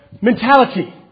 mentality